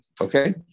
okay